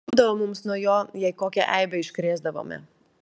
kliūdavo mums nuo jo jei kokią eibę iškrėsdavome